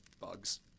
bugs